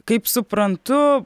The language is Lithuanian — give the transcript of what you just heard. kaip suprantu